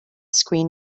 screen